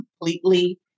completely